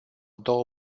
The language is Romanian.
două